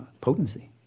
potency